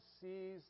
sees